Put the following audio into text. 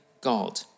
God